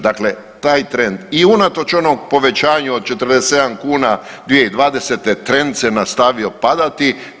Dakle taj trend i unatoč onom povećanju od 47 kuna 2020. trend se nastavio padati.